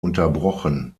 unterbrochen